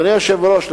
אדוני היושב-ראש,